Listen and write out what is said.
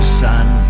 sun